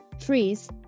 freeze